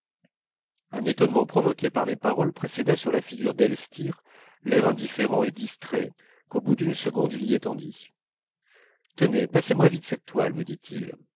un étonnement provoqué par mes paroles précéda sur la figure d'elstir l'air indifférent et distrait qu'au bout d'une seconde il y étendit tenez passez-moi vite cette toile me dit-il